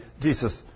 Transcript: Jesus